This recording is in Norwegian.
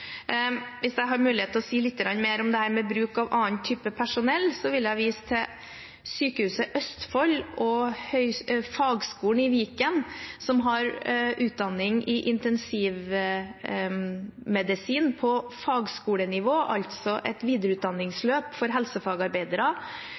Hvis jeg har mulighet til å si litt mer om bruk av annen type personell, vil jeg vise til Sykehuset Østfold og Fagskolen i Viken, som har utdanning i intensivmedisin på fagskolenivå, altså et